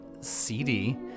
CD